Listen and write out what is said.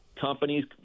companies